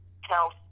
health